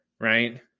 right